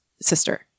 sister